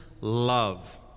love